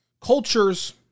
Cultures